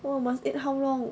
!wah! must eat how long